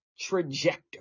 trajectory